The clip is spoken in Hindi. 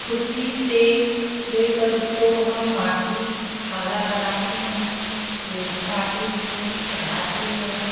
खुरपी से ले कर उसको हम माटी ठाला बनाती हूँ वो माटी उस में चढ़ाती हूँ